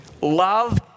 Love